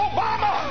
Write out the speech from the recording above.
Obama